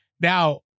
now